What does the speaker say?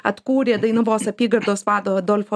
atkūrė dainavos apygardos vado adolfo